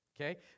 Okay